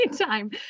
time